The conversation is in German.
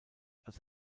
als